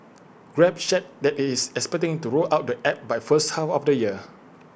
grab shared that IT is expecting to roll out the app by first half of the year